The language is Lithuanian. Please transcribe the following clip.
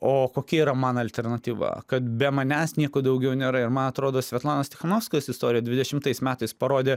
o kokia yra man alternatyva kad be manęs nieko daugiau nėra ir ma atrodo svetlanos tichanovskajos istorija dvidešimtais metais parodė